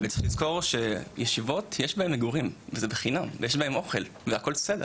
וצריך לזכור שיש בישיבות מגורים ואוכל בחינם והכל בסדר,